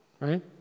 right